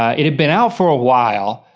it had been out for a while.